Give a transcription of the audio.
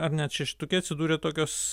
ar net šeštuke atsidūrė tokios